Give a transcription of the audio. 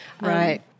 Right